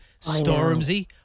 Stormzy